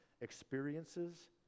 experiences